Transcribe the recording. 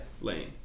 Lane